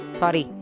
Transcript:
sorry